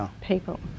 people